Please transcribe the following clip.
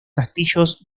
castillos